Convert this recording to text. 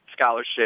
scholarship –